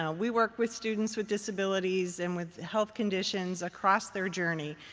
yeah we work with students with disabilities and with health conditions across their journey.